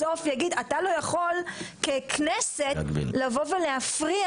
בסוף יגיד אתה יכול ככנסת לבוא ולהפריע